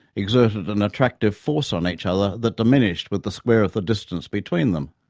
exerted an attractive force on each other that diminished with the square of the distance between them.